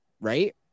right